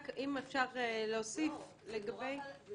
רק אם אפשר להוסיף לגבי --- אני